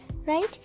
right